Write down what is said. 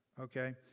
Okay